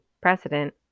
precedent